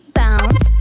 bounce